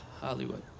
Hollywood